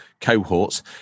cohorts